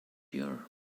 year